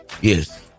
Yes